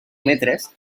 metres